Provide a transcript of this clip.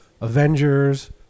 Avengers